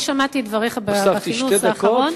אני שמעתי את דבריך בכינוס האחרון,